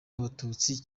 abatutsi